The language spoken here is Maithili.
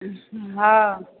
हँ